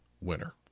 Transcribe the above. winner